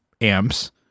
amps